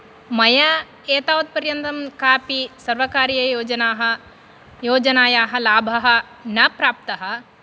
मया एतावत् पर्यन्तं कापि सर्वकारीययोजनाः योजनायाः लाभः न प्राप्तः